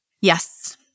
Yes